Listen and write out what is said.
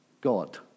God